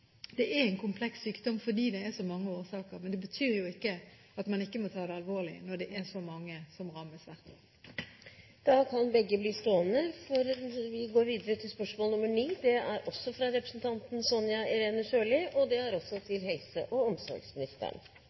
er en kompleks sykdom fordi det er så mange årsaker. Men det betyr jo ikke at man ikke må ta det alvorlig når det er så mange som rammes hvert år. «Det vises til en kartlegging Statens helsetilsyn har gjort blant et utvalg av kommuner, hvor det kommer fram at det ikke tilbys barn mellom 0 og